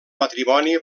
matrimoni